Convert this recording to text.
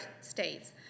states